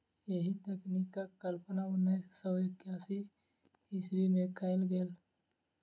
एहि तकनीकक कल्पना उन्नैस सौ एकासी ईस्वीमे कयल गेल छलै